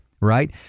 Right